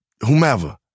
whomever